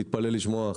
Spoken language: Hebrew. תתפלא לשמוע,